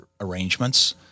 arrangements